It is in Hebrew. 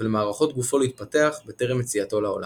ולמערכות גופו להתפתח בטרם יציאתו לעולם.